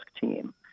team